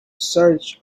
search